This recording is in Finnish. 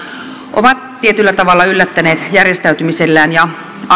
ovat tietyllä tavalla yllättäneet järjestäytymisellään ja